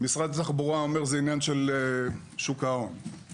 משרד התחבורה אומר שזה עניין של שוק ההון,